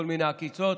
כל מיני עקיצות.